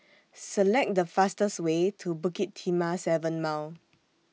Select The fastest Way to Bukit Timah seven Mile